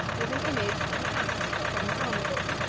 with an image of an asp upon the arm of it,